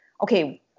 okay